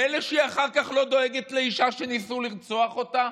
פלא שהיא אחר כך לא דואגת לאישה שניסו לרצוח אותה?